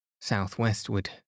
Southwestward